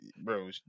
bro